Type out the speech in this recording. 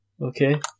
Okay